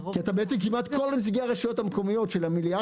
כי בעצם כמעט כל נציגי הרשויות המקומיות של המליאה